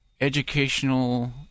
educational